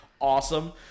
awesome